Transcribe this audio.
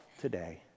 today